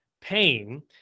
pain